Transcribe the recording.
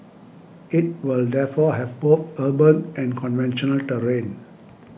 it will therefore have both urban and conventional terrain